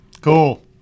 Cool